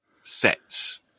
sets